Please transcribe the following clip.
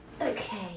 Okay